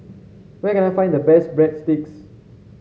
where can I find the best Breadsticks